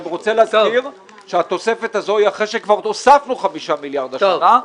אני גם רוצה להבהיר שהתוספת הזו היא אחרי שכבר הוספנו 5 מיליארד השנה.